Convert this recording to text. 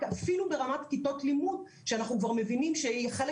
אפילו ברמת כיתות לימוד כשאנחנו כבר מבינים שחלק